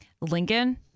Lincoln